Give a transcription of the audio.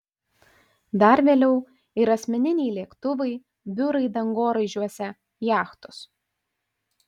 dar vėliau ir asmeniniai lėktuvai biurai dangoraižiuose jachtos